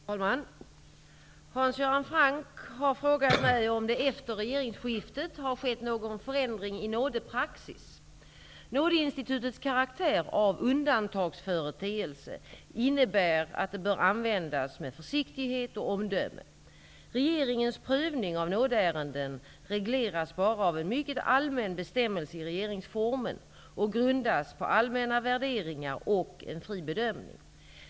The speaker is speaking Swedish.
Fru talman! Hans Göran Franck har frågat mig om det efter regeringsskiftet har skett någon förändring i nådepraxis. Nådeinstitutets karaktär av undantagsföreteelse innebär att det bör användas med försiktighet och omdöme. Regeringens prövning av nådeärenden regleras bara av en mycket allmän bestämmelse i regeringsformen och grundas på allmänna värderingar och en fri bedömning.